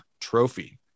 trophy